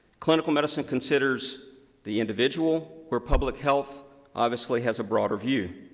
clinical medicine considers the individual, where public health, obviously, has a broader view.